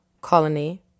colony